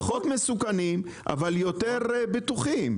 פחות מסוכנים אבל יותר בטוחים.